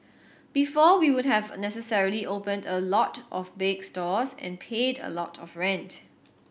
before we would have necessarily opened a lot of big stores and paid a lot of rent